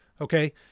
okay